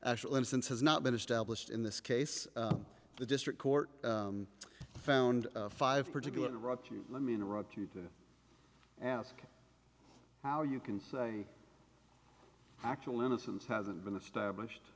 actual innocence has not been established in this case the district court found five particular interrupt you let me interrupt you to ask how you can actually innocence hasn't been established